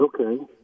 Okay